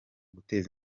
guteza